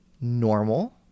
normal